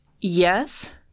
yes